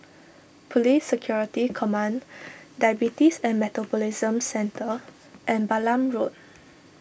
Police Security Command Diabetes and Metabolism Centre and Balam Road